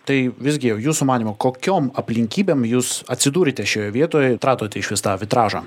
tai visgi jūsų manymu kokiom aplinkybėm jūs atsidūrėte šioje vietoj atradote išvis vitražą